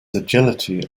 agility